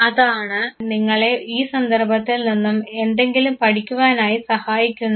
അതാണ് നിങ്ങളെ ഈ സന്ദർഭത്തിൽ നിന്നും എന്തെങ്കിലും പഠിക്കുവാനായി സഹായിക്കുന്നത്